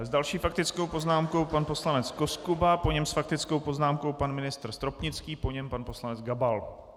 S další faktickou poznámkou pan poslanec Koskuba, po něm s faktickou poznámkou pan ministr Stropnický, po něm pan poslanec Gabal.